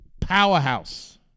powerhouse